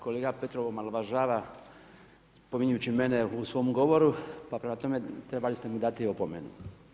Kolega Petrov omalovažava pominjući mene u svom govoru, pa prema tome trebali ste mu dati opomenu.